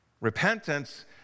Repentance